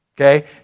Okay